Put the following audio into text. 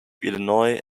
illinois